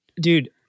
dude